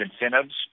incentives